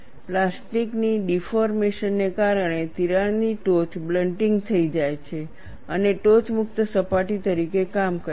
પ્લાસ્ટિકની ડિફોર્મેશન ને કારણે તિરાડની ટોચ બ્લન્ટિંગ થઈ જાય છે અને ટોચ મુક્ત સપાટી તરીકે કામ કરે છે